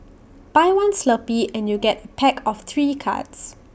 buy one Slurpee and you get A pack of three cards